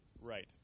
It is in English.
Right